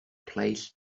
place